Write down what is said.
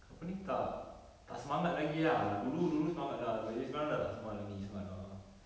apa ni tak tak semangat lagi ah dulu dulu semangat lah tapi sekarang dah tak semangat lagi sangat ah